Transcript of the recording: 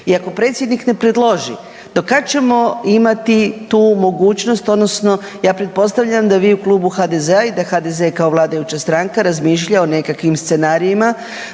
I ako predsjednik ne predloži do kad ćemo imati tu mogućnost odnosno ja pretpostavljam da vi u Klubu HDZ-a i da HDZ kao vladajuća stranka razmišlja o nekakvim scenarijima,